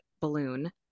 balloon